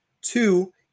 Two